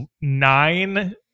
nine